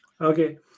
Okay